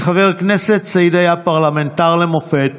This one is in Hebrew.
כחבר כנסת סעיד היה פרלמנטר למופת,